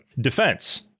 defense